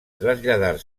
traslladar